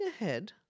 ahead